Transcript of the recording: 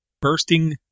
Bursting